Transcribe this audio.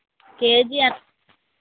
KG ఎన్